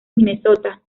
minnesota